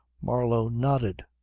marlow nodded.